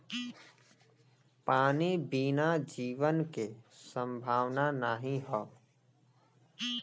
पानी बिना जीवन के संभावना नाही हौ